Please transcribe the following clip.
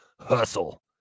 hustle